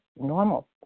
normal